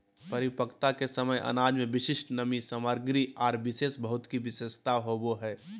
परिपक्वता के समय अनाज में विशिष्ट नमी सामग्री आर विशेष भौतिक विशेषता होबो हइ